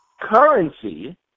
currency